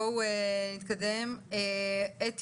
אוקיי, בואו נתקדם.